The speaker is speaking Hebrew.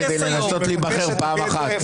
כדי לנסות להיבחר פעם אחת.